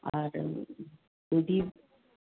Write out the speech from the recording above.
আর যদি